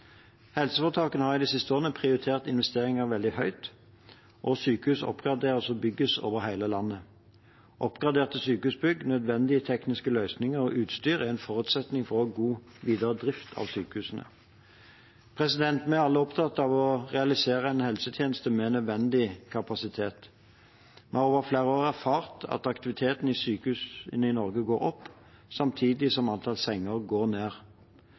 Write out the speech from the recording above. Helseforetakene har de siste årene prioritert investeringer veldig høyt, og sykehus oppgraderes og bygges over hele landet. Oppgraderte sykehusbygg – nødvendige tekniske løsninger og utstyr – er en forutsetning for å ha god videre drift av sykehusene. Vi er alle opptatt av å realisere en helsetjeneste med nødvendig kapasitet. Vi har over flere år erfart at aktiviteten i sykehusene i Norge går opp samtidig som antallet senger går ned.